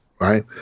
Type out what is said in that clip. right